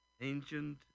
ancient